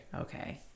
Okay